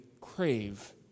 crave